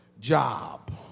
job